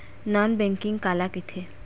Non banking काला कइथे?